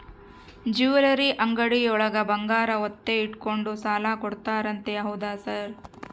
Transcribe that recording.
Jewellery ಅಂಗಡಿಯೊಳಗ ಬಂಗಾರ ಒತ್ತೆ ಇಟ್ಕೊಂಡು ಸಾಲ ಕೊಡ್ತಾರಂತೆ ಹೌದಾ ಸರ್?